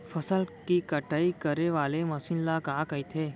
फसल की कटाई करे वाले मशीन ल का कइथे?